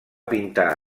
pintar